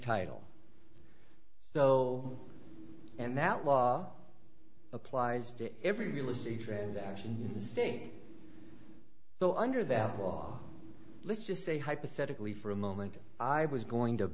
title so and that law applies to every realistic transaction state so under that law let's just say hypothetically for a moment i was going to